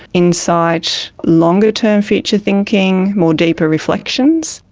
insight, longer term future thinking, more deeper reflections.